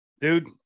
Dude